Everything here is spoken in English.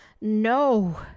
No